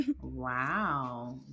Wow